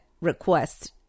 request